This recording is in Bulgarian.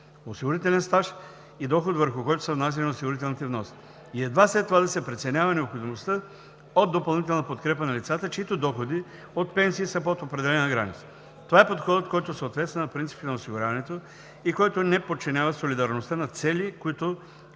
осигурителен стаж и доход, върху който са внасяни осигурителните вноски, и едва след това да се преценява необходимостта от допълнителна подкрепа на лицата, чиито доходи от пенсии са под определена граница. Това е подходът, който съответства на принципите на осигуряването и който не подчинява солидарността на цели, които